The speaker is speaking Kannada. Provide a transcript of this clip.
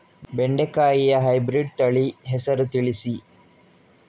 ಬೆಂಡೆಕಾಯಿಯ ಹೈಬ್ರಿಡ್ ತಳಿ ಹೆಸರು ತಿಳಿಸಿ?